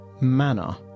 manner